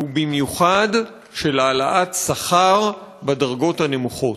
ובמיוחד של העלאת שכר בדרגות הנמוכות.